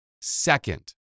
Second